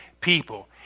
people